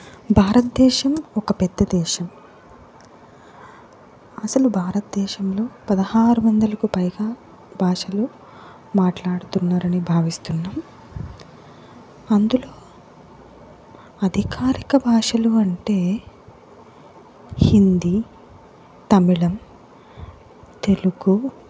భారతదేశం ఒక పెద్ద దేశం అసలు భారతదేశంలో పదహారు వందలకు పైగా భాషలు మాట్లాడుతున్నారని భావిస్తున్నాం అందులో అధికారిక భాషలు అంటే హిందీ తమిళం తెలుగు